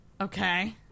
Okay